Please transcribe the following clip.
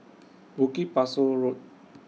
Bukit Pasoh Road